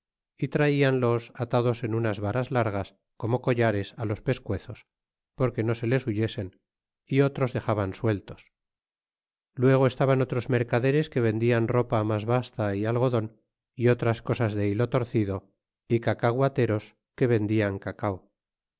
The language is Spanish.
guinea é traianlos atados en unas varas largas como collares los pescuezos porque no se les huyesen y otros dexaban sueltos luego estaban otros mercaderes que vendian ropa mas basta e algodon é otras cosas de hilo torcido y cacaguateros que vendian cacao